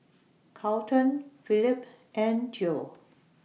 Carlton Felipe and Geo